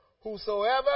whosoever